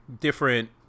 different